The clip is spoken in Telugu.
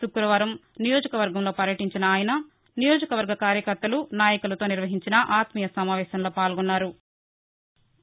శుక్రవారం నియోజకవర్గంలో పర్యటీంచిన ఆయన నియోజకవర్గ కార్యకర్తలు నాయకులతో నిర్వహించిన ఆత్మీయ సమావేశంలో పాల్గొన్నారు